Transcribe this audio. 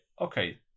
okay